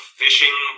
fishing